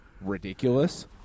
ridiculous